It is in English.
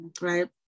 right